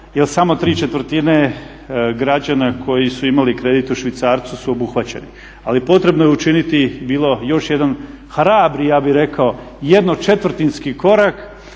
jer samo ¾ građana koji su imali kredit u švicarcu su obuhvaćeni. Ali potrebno je učiniti bilo još jedan hrabri, ja bih rekao ¼-ski korak